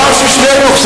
פעם כששנינו,